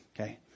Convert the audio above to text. Okay